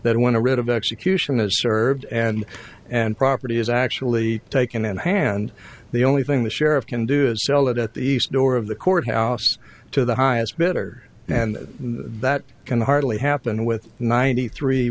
that i want to read of execution is served and and property is actually taken in hand the only thing the sheriff can do is sell it at the east door of the courthouse to the highest bidder and that can hardly happen with ninety three